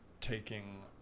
taking